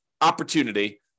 opportunity